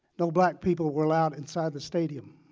no black people were allowed inside the stadium,